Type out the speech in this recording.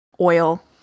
oil